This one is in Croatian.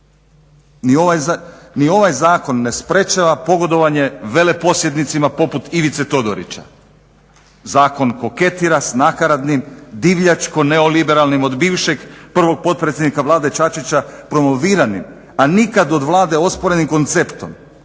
Ni ovaj zakon ne sprečava pogodovanje veleposjednicima poput Ivice Todorića. Zakon koketira sa nakaradnim divljačko neoliberalnim od bivšeg prvog potpredsjednika Vlade Čačića promoviranim, a nikad od Vlade osporenim konceptom